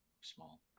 small